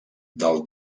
del